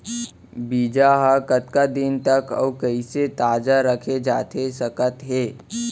बीज ह कतका दिन तक अऊ कइसे ताजा रखे जाथे सकत हे?